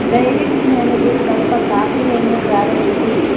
ದಯವಿಟ್ಟು ನನಗೆ ಸ್ವಲ್ಪ ಕಾಪಿಯನ್ನು ಪ್ರಾರಂಭಿಸಿ